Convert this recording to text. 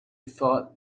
thought